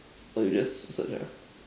so you just search ah